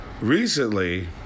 Recently